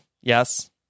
yes